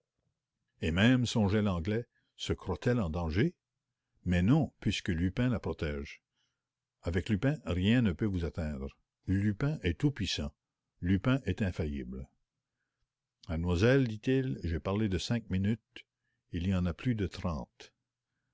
et même songeait l'anglais se croît elle menacée d'un danger mais non puisque lupin la protège avec lupin rien ne peut vous atteindre lupin est tout puissant lupin est infaillible mademoiselle dit-il j'ai parlé de cinq minutes il y en a plus de trente